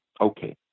Okay